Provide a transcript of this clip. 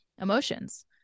emotions